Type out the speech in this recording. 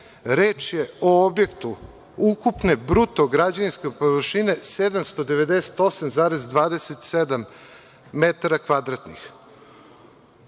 Reč je o objektu ukupne bruto građevinske površine 798,27 metara kvadratnih.